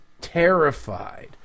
terrified